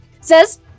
says